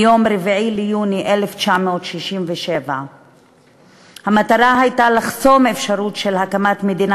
מיום 4 ביוני 1967 המטרה הייתה לחסום אפשרות של הקמת מדינה